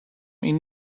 ihn